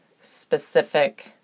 specific